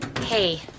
hey